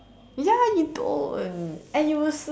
ya you don't and you will s~